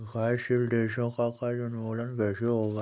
विकासशील देशों का कर्ज उन्मूलन कैसे होगा?